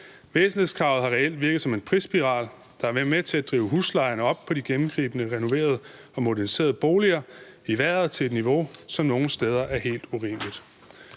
Væsentlighedskravet har reelt virket som en prisspiral, der har været med til at drive huslejen i vejret på de gennemgribende renoverede og moderniserede boliger til et niveau, som nogle steder er helt urimeligt.